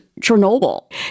Chernobyl